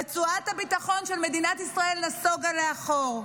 רצועת הביטחון של מדינת ישראל נסוגה לאחור.